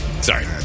Sorry